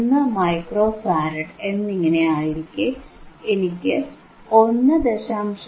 1 micro farad എന്നിങ്ങനെ ആയിരിക്കേ എനിക്ക് 1